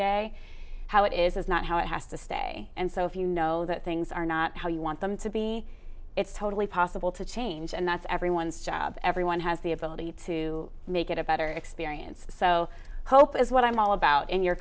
day how it is not how it has to stay and so if you know that things are not how you want them to be it's totally possible to change and that's everyone's job everyone has the ability to make it a better experience so hope is what i'm all about in your